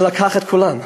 שלקח את כולם,